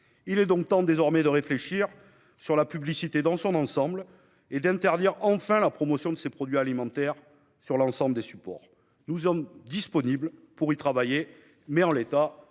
Il est temps désormais de réfléchir à la publicité dans son ensemble et d'interdire enfin la promotion de ces produits alimentaires sur l'ensemble des supports. Nous sommes prêts à travailler sur cette